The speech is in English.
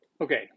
okay